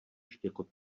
štěkot